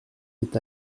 est